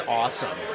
awesome